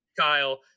kyle